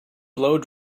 blow